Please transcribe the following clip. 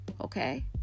okay